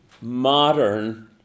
modern